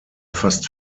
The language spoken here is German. fast